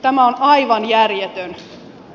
tämä on aivan järjetön esitys